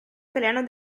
italiano